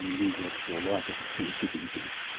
the intellectual life of the two cities is,